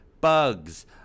bugs